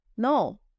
No